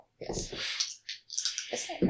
Yes